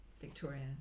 victorian